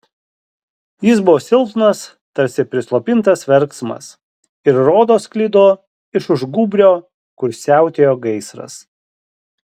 jis buvo silpnas tarsi prislopintas verksmas ir rodos sklido iš už gūbrio kur siautėjo gaisras